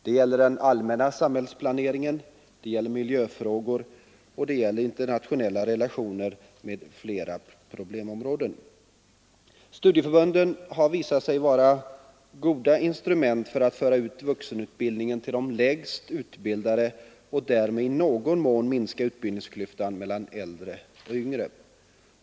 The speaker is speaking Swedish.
Detta gäller om såväl den allmänna samhällsplaneringen som miljöfrågor, internationella relationer och flera andra problemområden. Studieförbunden har visat sig vara goda instrument för att föra ut vuxenutbildningen till de lägst utbildade och därmed i någon mån minska utbildningsklyftan mellan äldre och yngre.